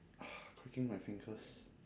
cracking my fingers